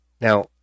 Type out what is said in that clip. now